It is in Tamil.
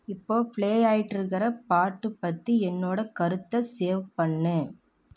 இப்போது ப்ளே ஆயிட்டிருக்குற பாட்டு பற்றி என்னோடய கருத்தை சேவ் பண்ணு